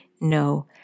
no